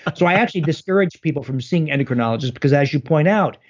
but so i actually discourage people from seeing endocrinologists because as you point out,